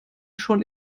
schon